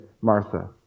Martha